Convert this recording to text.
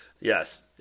yes